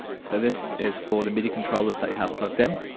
so this is for the midi controllers that you have plugged in.